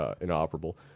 inoperable